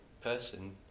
person